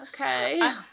okay